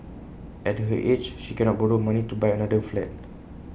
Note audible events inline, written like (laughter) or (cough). at her age she cannot borrow money to buy another flat (noise)